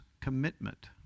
commitment